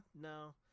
no